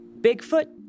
Bigfoot